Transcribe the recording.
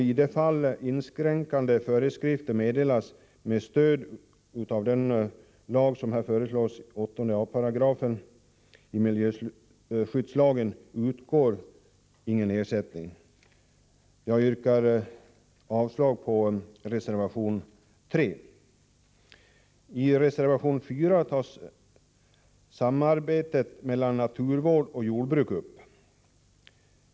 I de fall inskränkande föreskrifter meddelas med stöd av den föreslagna 8 a § i miljöskyddslagen utgår ingen ersättning. Jag yrkar avslag på reservation 3. I reservation 4 tas samarbetet mellan naturvård och jordbruk upp.